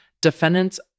Defendants